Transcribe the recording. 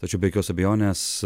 tačiau be jokios abejonės